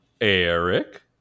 Eric